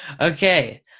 Okay